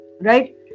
Right